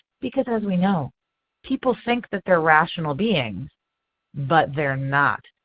because as we know people think that they are rational beings but they are not.